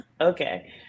okay